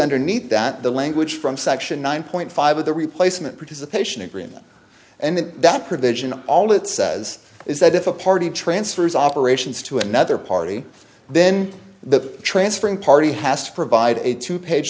underneath that the language from section nine point five of the replacement participation agreement and that provision all it says is that if a party transfers operations to another party then the transferring party has to provide a two page